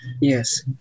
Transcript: Yes